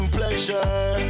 pleasure